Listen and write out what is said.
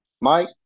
Mike